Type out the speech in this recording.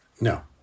No